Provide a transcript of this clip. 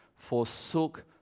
Forsook